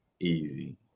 easy